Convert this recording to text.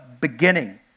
beginning